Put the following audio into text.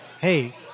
Hey